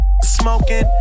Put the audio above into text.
smoking